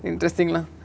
interesting lah